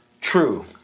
True